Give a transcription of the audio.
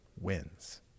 wins